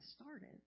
started